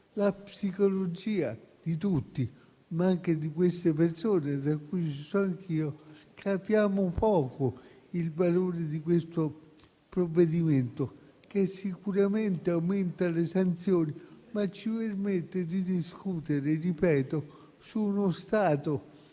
la psicologia di tutti, ma anche di queste persone tra cui ci sono anch'io, capiamo poco il valore di questo provvedimento, che sicuramente aumenta le sanzioni, ma ci permette di discutere su uno stato